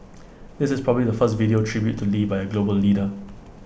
this is probably the first video tribute to lee by A global leader